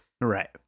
Right